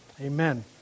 Amen